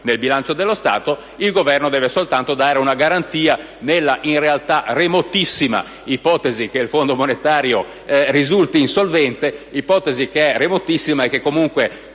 nel bilancio dello Stato. Il Governo deve soltanto dare una garanzia nella remotissima ipotesi, in realtà, che il Fondo monetario risulti insolvente; ipotesi che è remotissima e che comunque